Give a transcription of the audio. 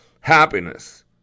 Happiness